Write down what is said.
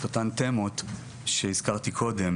את אותן תמות שהזכרתי קודם.